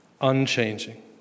unchanging